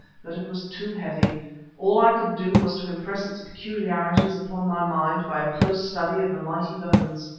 but it was too heavy all i could do was to impress its peculiarities upon my mind by a close study of the mighty bones.